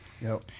no